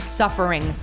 suffering